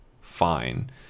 fine